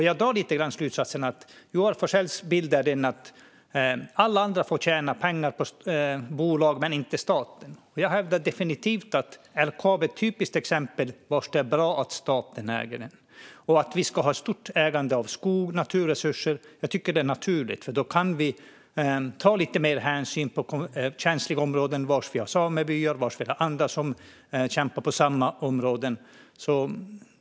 Jag drar lite grann slutsatsen att Joar Forssells bild är att alla andra får tjäna pengar på bolag men inte staten. Jag hävdar definitivt att LKAB är ett typiskt exempel där det är bra att staten äger bolaget. Jag tycker att det är naturligt att vi ska ha en stort ägande av skog och naturresurser. Då kan vi ta lite mer hänsyn till känsliga områden där vi har samebyar och andra som kämpar på samma områden.